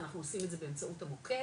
אנחנו עושים את זה באמצעות המוקד,